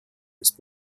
ist